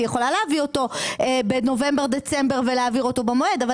היא יכולה להביא אותו בנובמבר-דצמבר ולהעביר אותו במועד,